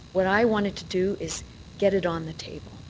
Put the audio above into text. what i wanted to do is get it on the table.